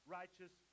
righteous